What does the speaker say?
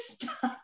stop